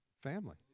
family